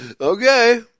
Okay